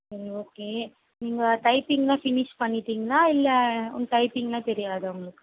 சரி ஓகே நீங்கள் டைப்பிங்கெல்லாம் ஃபினிஷ் பண்ணிவிட்டிங்களா இல்லை டைப்பிங்கெல்லாம் தெரியாதா உங்களுக்கு